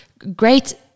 Great